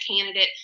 candidate